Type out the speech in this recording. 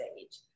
stage